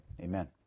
Amen